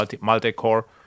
multi-core